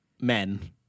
men